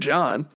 John